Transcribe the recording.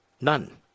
None